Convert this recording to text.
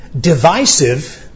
divisive